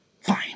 fine